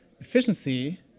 efficiency